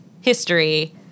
history